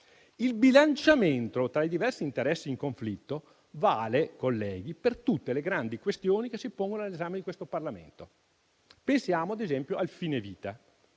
Il bilanciamento tra i diversi interessi in conflitto vale, colleghi, per tutte le grandi questioni che si pongono all'esame di questo Parlamento. Pensiamo ad esempio al fine vita,